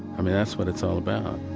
i mean, that's what it's all about